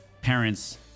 parents